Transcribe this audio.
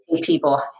people